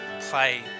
play